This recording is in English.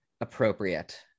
appropriate